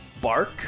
Bark